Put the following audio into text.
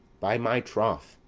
by my troth,